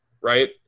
right